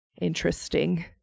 interesting